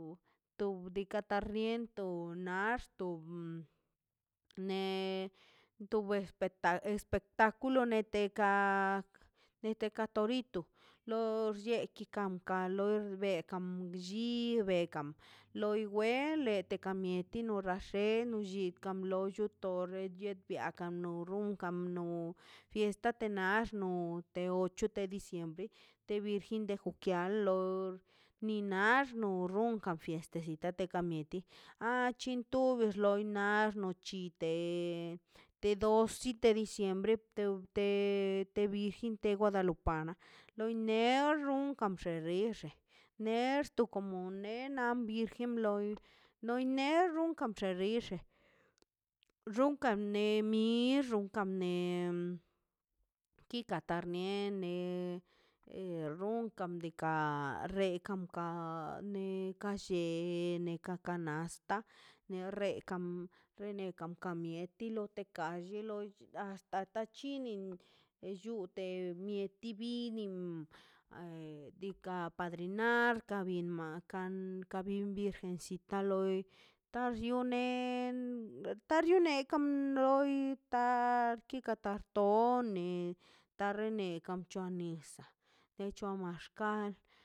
To ka to riento nax to um ne tobax ta espectaculo ne teka ne ka torito lor chietika neeka blli bllekan lo we te kamieti lo rasha xe lli lo cho to le biakan lo runnon kam no fiesta te nax no te ocho de diciembre te virgen de juquial ni nax no onkan fiestecita de ka mieti a chin to lob xena chite de doce de diciembre te to virgen d guadalupi lei noron kam xe xi xe nexto koma ena virgen loi nei nerun kam xe rixe runkan xe mi ronkan me kika tarniemne runkan de ka rekan ka ne ka llet neka kanasta ne rekan ne rekan ka mieti teka llu loi hasta ta chinin llute mi minim ei diika' padrinar makan ka bin virgen si ta loi tar llio nei tar llione loi ta lorta kika karto o ne rene kam c̱hua nis nex c̱hua maxkal